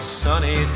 sunny